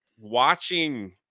watching